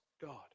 God